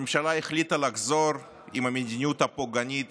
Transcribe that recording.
הממשלה החליטה לחזור, עם המדיניות הפוגענית